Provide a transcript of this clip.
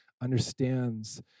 understands